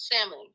family